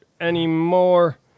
anymore